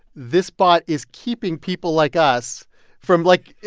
this bot is keeping people like us from, like,